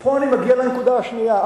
פה אני מגיע לנקודה השנייה,